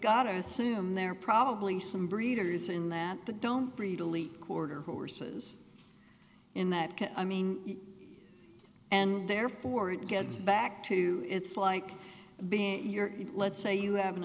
got to assume they're probably some breeders in that the don't breed really quarter horses in that i mean and therefore it gets back to it's like being your let's say you have an